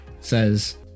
says